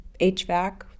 HVAC